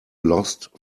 lost